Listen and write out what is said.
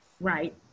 Right